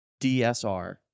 DSR